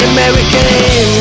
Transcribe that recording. American